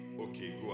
okay